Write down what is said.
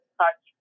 touch